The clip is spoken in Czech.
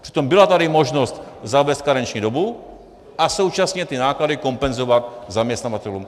Přitom byla tady možnost zavést karenční dobu a současně ty náklady kompenzovat zaměstnavatelům.